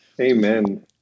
Amen